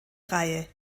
reihe